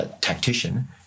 tactician